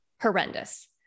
horrendous